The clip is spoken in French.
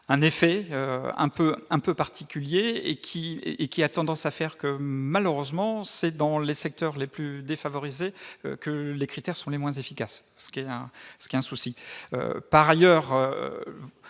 un effet un peu un peu particulier et qui est et qui a tendance à faire que, malheureusement, c'est dans les secteurs les plus que les critères sont les moins efficaces, ce qui est ce qu'un souci, par ailleurs,